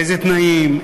באיזה תנאים,